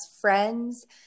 friends